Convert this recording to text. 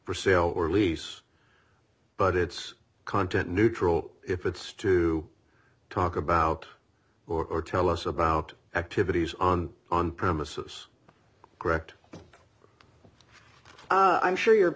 for sale or lease but it's content neutral if it's to talk about or tell us about activities on on premises grokked i'm sure you're